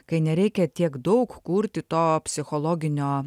kai nereikia tiek daug kurti to psichologinio